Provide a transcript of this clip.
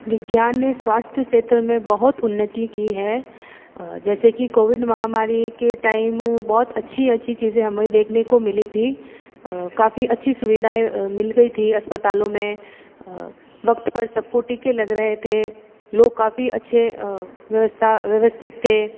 विज्ञान ने स्वास्थ्य क्षेत्र में बहुत उन्नति की है जैसे कि कोविड महामारी के टाइम बहुत अच्छी अच्छी चीज हमें देखने को मिली थी काफ़ी अच्छी सुविधाएं मिल गई थी अस्पतालों में वक्त पर सब को टीके लग रहे थे लोग काफ़ी अच्छे व्यवस्था व्यवस्थित थे